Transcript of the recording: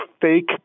fake